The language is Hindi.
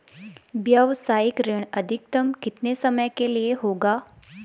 व्यावसायिक ऋण अधिकतम कितने समय के लिए होगा?